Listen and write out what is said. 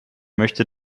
möchte